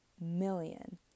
million